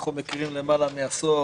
אנחנו מכירים יותר מעשור,